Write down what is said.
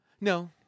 No